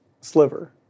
sliver